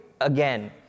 again